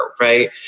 right